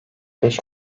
beş